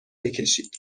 بکشید